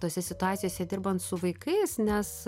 tose situacijose dirbant su vaikais nes